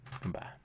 Goodbye